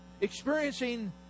experiencing